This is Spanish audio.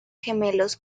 gemelos